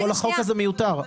כל החוק הזה מיותר.